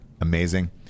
amazing